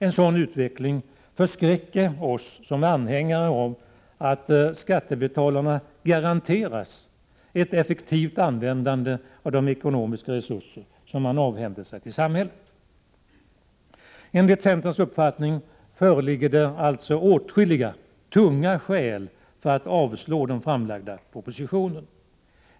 En sådan utveckling förskräcker oss som anser att skattebetalarna skall garanteras ett effektivt användande av de ekonomiska resurser som ställs till samhällets förfogande. Enligt centerns uppfattning föreligger alltså åtskilliga tunga skäl för att avslå den framlagda propositionen.